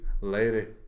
Later